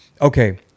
okay